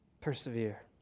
Persevere